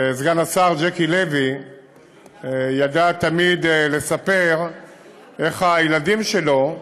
וסגן השר ז'קי לוי ידע תמיד לספר איך הילדים שלו,